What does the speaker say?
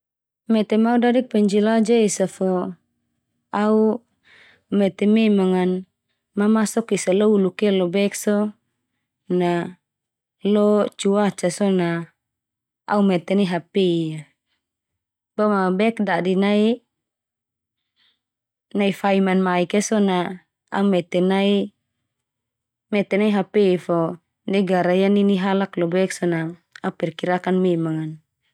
Mete ma au dadik penjelajah esa fo au mete memang an mamasok esa lo uluk ia lobek so na lo cuaca so na au mete nai HP a. Boma bek dadi nai, nai fai manmaik ia so na au mete nai, mete nai HP fo negara ia nini halak lobek so na au perkirakan memang an.